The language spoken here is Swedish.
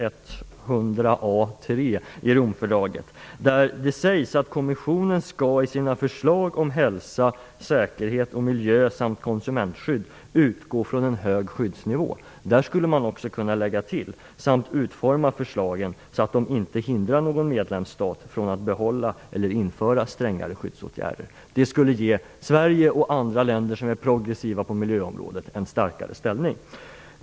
100 a 3 i Romfördraget, där det sägs: "Kommissionen skall i sina förslag - om hälsa, säkerhet och miljö samt konsumentskydd utgå från en hög skyddsnivå." Man skulle också kunna tillägga: "- samt utforma förslagen så att de inte hindrar någon medlemsstat från att behålla eller införa strängare skyddsåtgärder." Det skulle ge Sverige och andra länder som är progressiva på miljöområdet en starkare ställning.